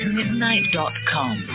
midnight.com